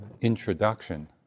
introduction